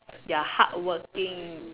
you're hardworking